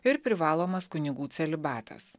ir privalomas kunigų celibatas